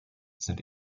sind